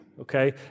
okay